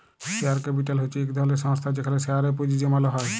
share capital হছে ইক ধরলের সংস্থা যেখালে শেয়ারে পুঁজি জ্যমালো হ্যয়